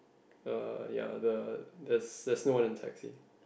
uh ya the there's there's no one in taxi